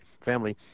family